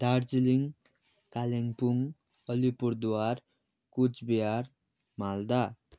Darjeeling Kalimpong Alipurduar Coochbehar Malda